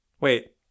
wait